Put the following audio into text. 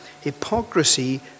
Hypocrisy